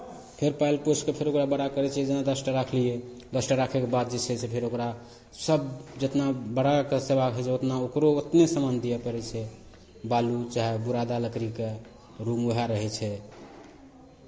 फेर पालि पोसि कऽ फेर ओकरा बड़ा करै छियै जेना दस टा राखलियै दस टा राखयके बाद जे छै से फेर ओकरा सभ जितना बड़ाके सेवा होइ छै उतना ओकरो उतने सामान दिअ पड़ै छै बालू चाहे बुरादा लकड़ीके रूम उएह रहै छै